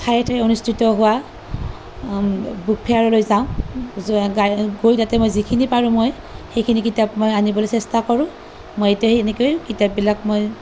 ঠায়ে ঠায়ে অনুষ্ঠিত হোৱা বুক ফেয়াৰলৈ যাওঁ য'ত গৈ তাতে মই যিখিনি পাৰোঁ মই সেইখিনি কিতাপ মই আনিবলৈ চেষ্টা কৰোঁ বা এতিয়া সেই এনেকৈ কিতাপবিলাক মই